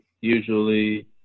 usually